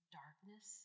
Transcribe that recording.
darkness